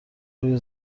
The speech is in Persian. روی